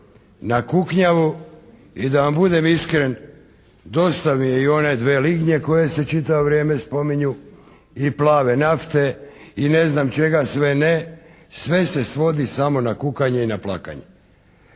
na kuknjavu i da vam budem iskren, dosta mi je i one 2 lignje koje se čitavo vrijeme spominju i plave nafte i ne znam čega sve ne. Sve se svodi samo na kukanje i na plakanje.